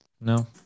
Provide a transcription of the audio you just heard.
No